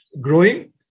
growing